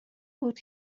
بود